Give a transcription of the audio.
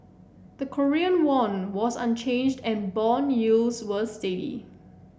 the Korean won was unchanged and bond yields were steady